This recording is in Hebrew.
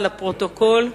לפרוטוקול.